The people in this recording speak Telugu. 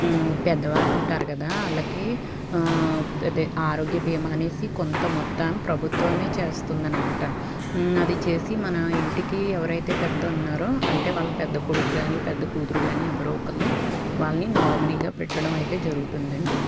పెద్దవాళ్ళు ఉంటారు కదా వాళ్ళకి అదే ఆరోగ్య భీమా అనేసి కొంత మొత్తం ప్రభుత్వమే చేస్తుందన్నమాట అది చేసి మన ఇంటికి ఎవరైతే పెద్ద ఉన్నారో అంటే వాళ్ళపెద్ద కొడుకు కానీపెద్ద కూతురు కానీ ఎవరో ఒక్కరు వాళ్ళని నామినీగా పెట్టడం అయితే జరుగుతుందండీ